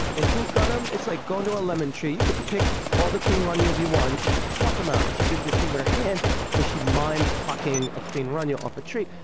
in tulkarm it's like going to a lemon tree, you can pick all the queen ranias that you want. you can just pluck em out. and she did this thing with her hands where she mimed plucking a queen rania off a tree.